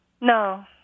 No